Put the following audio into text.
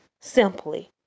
Simply